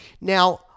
Now